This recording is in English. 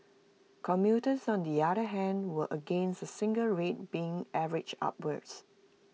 commuters on the other hand were against A single rate being averaged upwards